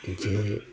જે